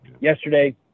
yesterday